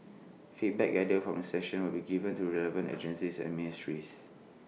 feedback gathered from the session will be given to the relevant agencies and ministries